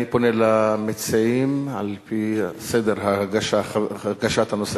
אני פונה אל המציעים על-פי סדר הגשת הנושא.